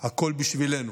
הכול בשבילנו.